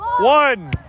One